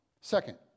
Second